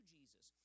Jesus